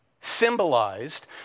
symbolized